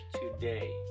today